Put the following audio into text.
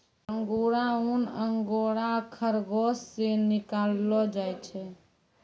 अंगुरा ऊन अंगोरा खरगोस से निकाललो जाय छै